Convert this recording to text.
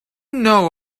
know